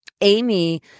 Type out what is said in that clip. Amy